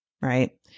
Right